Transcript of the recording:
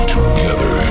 Together